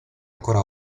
ancora